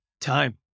time